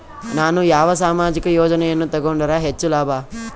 ನಾನು ಯಾವ ಸಾಮಾಜಿಕ ಯೋಜನೆಯನ್ನು ತಗೊಂಡರ ಹೆಚ್ಚು ಲಾಭ?